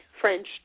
French